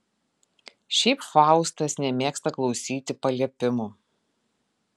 šiaip faustas nemėgsta klausyti paliepimų